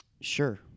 Sure